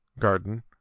Garden